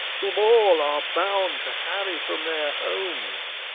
whom all are bound to harry from their homes.